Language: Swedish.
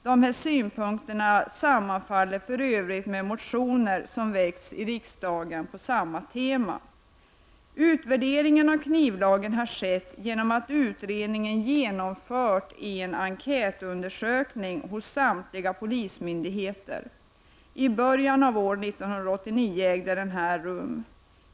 Dessa synpunkter sammanfaller för övrigt med motioner på samma tema som väckts i riksdagen. Utvärderingen av knivlagen har skett genom att utredningen i början av år 1989 genomfört en enkätundersökning hos samtliga polismyndigheter.